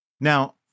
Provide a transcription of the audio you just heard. Now